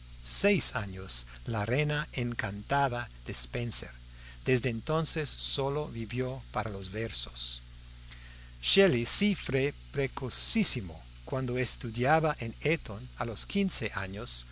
dieciséis años la reina encantada de spencer desde entonces sólo vivió para los versos shelley sí fue precocísimo cuando estudiaba en eton a los quince años